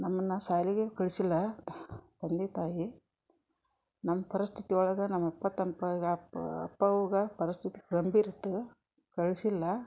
ನಮ್ನ ಸಾಲಿಗೆ ಕಳ್ಸಿಲ್ಲ ತಂದೆ ತಾಯಿ ನಮ್ಮ ಪರಿಸ್ಥಿತಿ ಒಳಗೆ ನಮ್ಮ ಅಪ್ಪ ತಮ್ಮ ಪ್ರ ವ್ಯಾಪ್ ಅಪ್ ಅವ್ಗ ಪರಿಸ್ಥಿತಿ ಗಂಭೀರಿತ್ತು ಕಳ್ಸಿಲ್ಲ